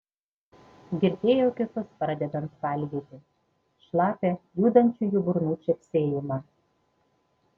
girdėjo kitus pradedant valgyti šlapią judančių jų burnų čepsėjimą